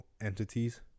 entities